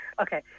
Okay